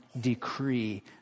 decree